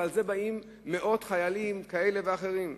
ועל זה באים מאות חיילים כאלה ואחרים.